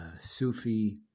Sufi